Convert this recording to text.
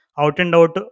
out-and-out